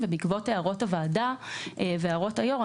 ובעקבות הערות הוועדה והערות היו"ר,